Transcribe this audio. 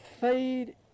fade